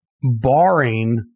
barring